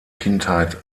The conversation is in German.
kindheit